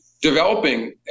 developing